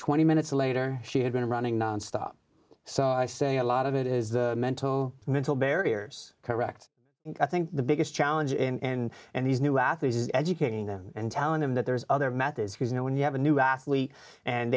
twenty minutes later she had been running nonstop so i say a lot of it is mental and mental barriers correct i think the biggest challenge in and these new athletes is educating them and telling them that there's other methods because you know when you have a new astley and